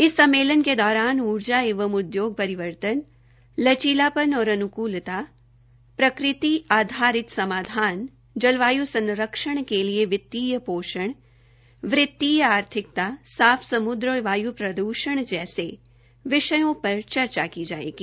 इस सममेलन के दौरान ऊर्जा एवं उद्योग परिवर्तन लचीलापन और अनुकूलता प्राकृति आधारित समाधान जलवायु संरक्षण के लिए वित्तीय पोषण वृत्तीय आर्थिकता साफ समुद्र और वायु प्रदूषण जैसे विषयों पर चर्चा की जायेगी